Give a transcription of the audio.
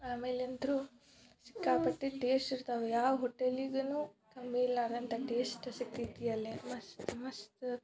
ಆಮೇಲಂತೂ ಸಿಕ್ಕಾಪಟ್ಟೆ ಟೇಸ್ಟ್ ಇರ್ತಾವೆ ಯಾವ ಹೋಟೆಲಿಗೂ ಕಮ್ಮಿ ಇರಲಾರ್ದಂಥ ಟೇಸ್ಟ್ ಸಿಗ್ತೈತಿ ಅಲ್ಲಿ ಮಸ್ತ್ ಮಸ್ತ್